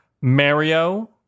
Mario